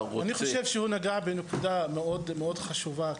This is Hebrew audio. אני חושב שהוא נגע בנקודה מאוד חשובה.